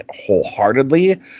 wholeheartedly